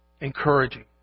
Encouraging